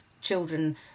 children